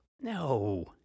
No